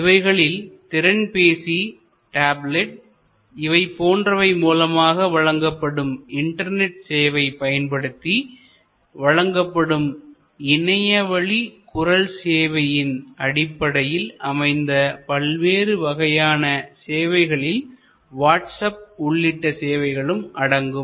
இவைகளில் திறன்பேசிடப்லட் இவை போன்றவை மூலமாக வழங்கப்படும் இண்டர்நெட் சேவை பயன்படுத்தி வழங்கப்படும் இணையவழிகுரல் சேவையின் அடிப்படையில் அமைந்த பல்வேறு வகையான சேவைகளில் வாட்ஸ்அப் உள்ளிட்ட சேவைகளும் அடங்கும்